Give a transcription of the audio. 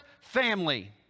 family